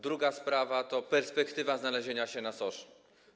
Druga sprawa to perspektywa znalezienia się na SOR-ze.